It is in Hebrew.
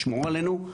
לשמור עלינו,